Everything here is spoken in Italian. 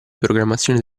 programmazione